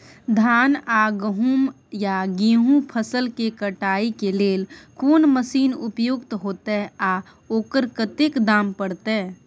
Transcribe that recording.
धान आ गहूम या गेहूं फसल के कटाई के लेल कोन मसीन उपयुक्त होतै आ ओकर कतेक दाम परतै?